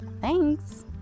Thanks